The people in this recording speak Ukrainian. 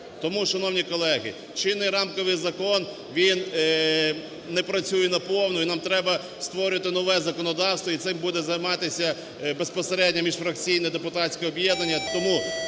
Тому, шановні колеги, чинний рамковий закон, він не працюєнаповну і нам треба створювати нове законодавство, і цим буде займатися безпосередньо міжфракційне депутатське об'єднання.